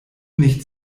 nicht